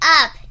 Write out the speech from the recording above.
up